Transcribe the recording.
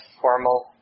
formal